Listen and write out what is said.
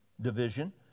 division